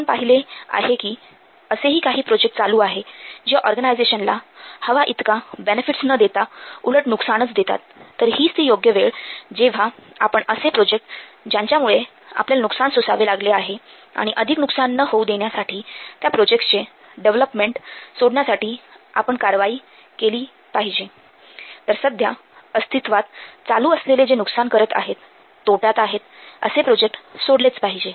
आपण पाहिले आहे कि असेही काही प्रोजेक्ट चालू आहे जे ऑर्गनायझेशनला हवा इतका बेनिफिट्स न देता उलट नुकसानच देतात तर हीच ती योग्य वेळ जेव्हा आपण असे प्रोजेक्ट ज्यांच्यामुळे आपल्याला नुकसान सोसावे लागले आहे आणि अधिक नुकसान न होऊ देण्यासाठी त्या प्रोजेक्टचे डेव्हलपमेंट सोडण्यासाठी आपण कारवाई केली पाहिजे तरसध्या अस्तित्वात चालू असलेले जे नुकसान करत आहेत तोट्यात आहेत असे प्रोजेक्ट सोडलेच पाहिजे